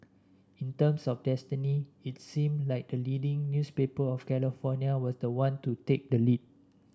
in terms of destiny its seemed like the leading newspaper of California was the one to take the lead